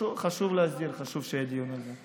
חשוב להזהיר, חשוב שיהיה דיון על זה.